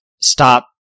stop